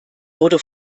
wurde